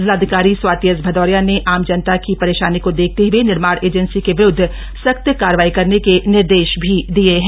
जिलाधिकारी स्वाति एस भदौरिया ने आम जनता की परॅशानी को देखते हुए निर्माण एजेंसी के विरूद्व सख्त कार्यवाही करने के निर्देश भी दिए है